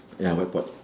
ya white pot